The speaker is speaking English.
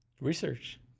Research